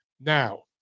Now